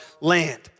land